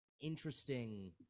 interesting